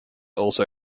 also